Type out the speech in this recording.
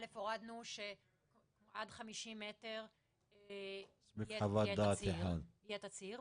אל"ף הורדנו שעד חמישים מטר יהיה תצהיר,